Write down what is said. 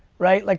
right? like